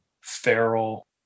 feral